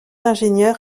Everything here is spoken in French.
ingénieur